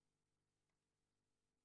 אנחנו נבחן זאת שוב.